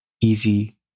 easy